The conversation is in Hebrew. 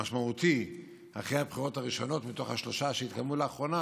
משמעותי אחרי הבחירות הראשונות מתוך השלוש שהתקיימו לאחרונה.